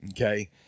Okay